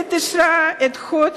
הכנסת אישרה את חוק